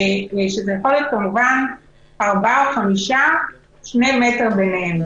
זה יכול להיות ארבעה או חמישה עם 2 מטר ביניהם.